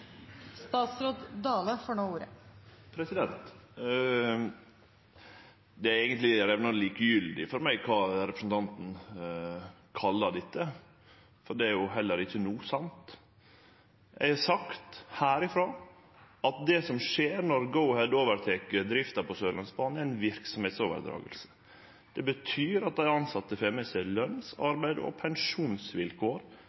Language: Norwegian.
Det er eigentleg rivande likegyldig for meg kva representanten kallar dette, for det er heller ikkje sant. Eg har sagt herifrå at det som skjer når Go-Ahead tek over drifta på Sørlandsbanen, er ei overdraging av verksemda. Det betyr at dei tilsette får med seg løns-,